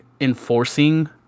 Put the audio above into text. enforcing